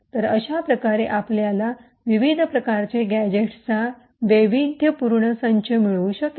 तर अशा प्रकारे आपल्याला विविध प्रकारचे गॅझेट्सचा वैविध्यपूर्ण संच मिळू शकेल